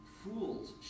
Fools